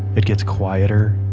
it gets quieter,